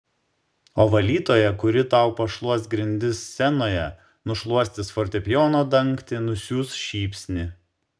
o valytoja kuri tau pašluos grindis scenoje nušluostys fortepijono dangtį nusiųs šypsnį